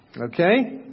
Okay